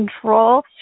control